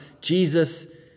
Jesus